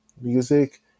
music